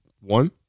One